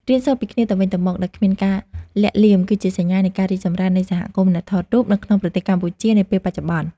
រៀនសូត្រពីគ្នាទៅវិញទៅមកដោយគ្មានការលាក់លៀមគឺជាសញ្ញានៃការរីកចម្រើននៃសហគមន៍អ្នកថតរូបនៅក្នុងប្រទេសកម្ពុជានាពេលបច្ចុប្បន្ន។